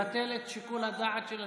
לבטל את שיקול הדעת של השופט?